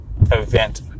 event